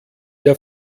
der